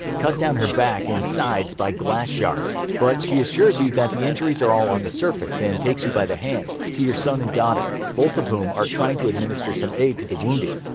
cut down her back and sides by glass shards, but she assures you that the injuries are all on the surface, and takes you by the hand, to your son and daughter, both of whom are trying to administer some aid to the wounded.